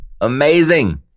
Amazing